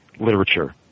literature